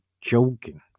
joking